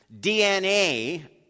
DNA